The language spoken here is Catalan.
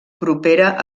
propera